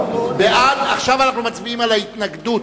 עכשיו אנחנו מצביעים על ההתנגדות.